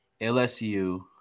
LSU